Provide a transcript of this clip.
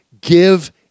Give